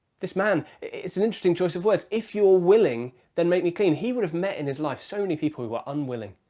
this man it's an interesting choice of words, if you're willing then make me clean. he would have met, in his life, so many people who were unwilling.